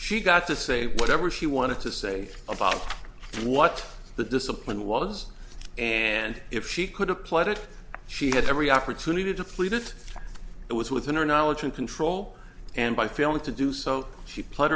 she got to say whatever she wanted to say about what the discipline was and if she could have played it she had every opportunity to flee that it was within her knowledge and control and by failing to do so she played